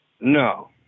No